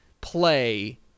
play –